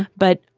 but,